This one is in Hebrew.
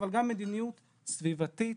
אבל גם מדיניות סביבתית,